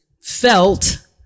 felt